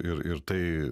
ir ir tai